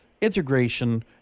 integration